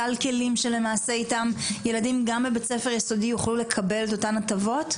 סל כלים שלמעשה איתם ילדים גם בבית ספר יסודי יוכלו לקבל את אותן הטבות?